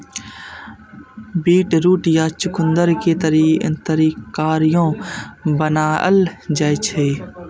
beetroot या चुकंदर के तरकारियो बनाएल जाइ छै